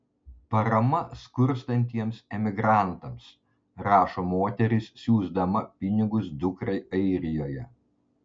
parama skurstantiems emigrantams rašo moteris siųsdama pinigus dukrai airijoje